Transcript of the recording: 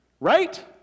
right